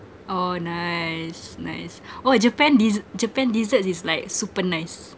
oh nice nice oh japan dess~ japan dessert is like super nice